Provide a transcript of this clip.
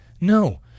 No